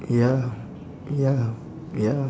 ya ya ya